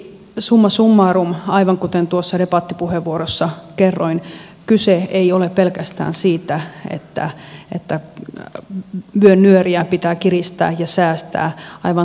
summa summarum aivan kuten debattipuheenvuorossa kerroin kyse ei ole pelkästään siitä että pitää vyönnyöriä kiristää ja säästää